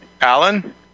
Alan